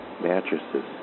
mattresses